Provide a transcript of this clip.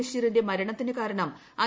ബഷീറിന്റെ മരണത്തിനു കാരണം ഐ